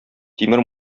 тимер